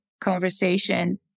conversation